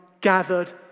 gathered